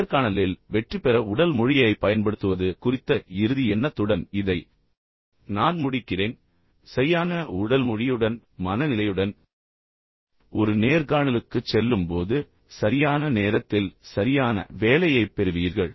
நேர்காணலில் வெற்றிபெற உடல் மொழியைப் பயன்படுத்துவது குறித்த இறுதி எண்ணத்துடன் இதை நான் முடிக்கிறேன் நீங்கள் சரியான மனநிலையுடன் சரியான உடல் மொழியுடன் மனநிலையுடன் ஒரு நேர்காணலுக்குச் செல்லும்போது சரியான நேரத்தில் சரியான வேலையைப் பெறுவீர்கள்